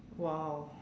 !wow!